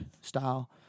style